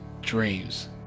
dreams